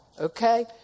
Okay